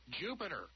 Jupiter